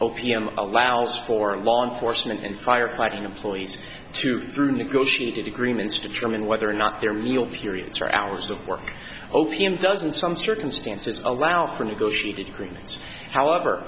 opium allows for law enforcement and fire fighting employees to through negotiated agreements determine whether or not their meal periods are hours of work o p m doesn't some circumstances allow for negotiated agreements however